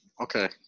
Okay